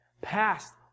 past